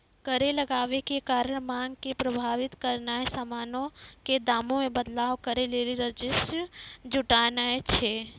कर लगाबै के कारण मांग के प्रभावित करनाय समानो के दामो मे बदलाव करै लेली राजस्व जुटानाय छै